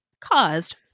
caused